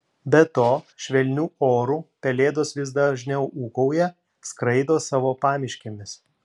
be to švelniu oru pelėdos vis dažniau ūkauja skraido savo pamiškėmis